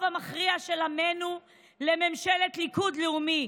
המכריע של עמנו לממשלת ליכוד לאומי",